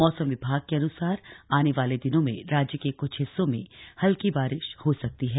मौसम विभाग के अनुसार आने वाले दिनों में राज्य के कुछ हिस्सों में हल्की बारिश हो सकती है